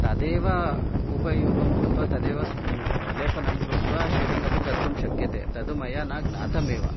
तदेव उपयोगं कृत्वा तदेव स् लेपनं कृत्वा षेविङ् अपि कर्तुं शक्यते तत् मया न ज्ञातम् एव